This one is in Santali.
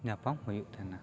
ᱧᱟᱯᱟᱢ ᱦᱩᱭᱩᱜ ᱛᱟᱦᱮᱱᱟ